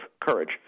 courage